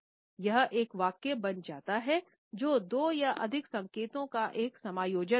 यह एक वाक्य बन जाता है जब दो या अधिक संकेतों का एक संयोजन होता है